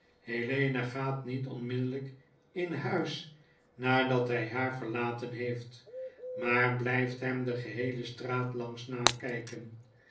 helena gaat niet onmiddellijk in huis nadat hi haar verlaten heeft maar blijft hem de ge'heele straat langs nakyken